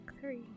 three